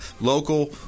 Local